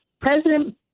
President